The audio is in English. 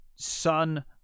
son